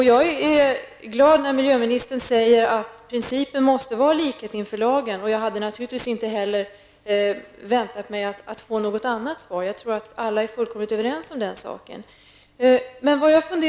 Jag är glad att miljöministern säger att principen måste vara likhet inför lagen, och jag hade naturligtvis inte heller väntat mig att få något annat svar. Jag tror att alla är fullkomligt överens om den saken.